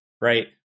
right